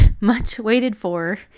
much-waited-for